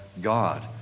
God